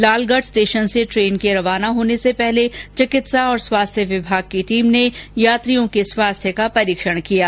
Lalgarh station से train के रवाना होने से पहले चिकित्सा और स्वास्थ्य विभाग की टीम ने यात्रियों के स्वास्थ्य का परीक्षण किया गया